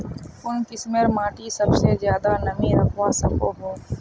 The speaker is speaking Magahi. कुन किस्मेर माटी सबसे ज्यादा नमी रखवा सको हो?